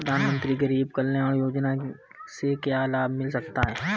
प्रधानमंत्री गरीब कल्याण योजना से क्या लाभ मिल सकता है?